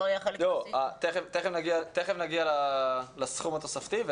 תיכף נגיע לסכום התוספתי.